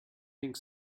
think